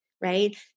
right